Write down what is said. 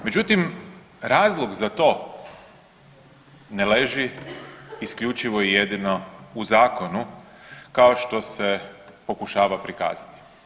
Međutim, razlog za to ne leži isključivo i jedino u zakonu kao što se pokušava prikazati.